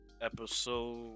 episode